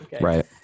Right